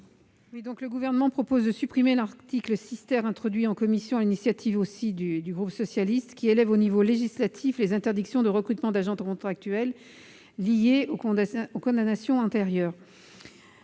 Le Gouvernement propose de supprimer l'article 6, introduit en commission sur l'initiative du groupe socialiste, qui élève au niveau législatif les interdictions de recrutement d'agents contractuels liées aux condamnations antérieures.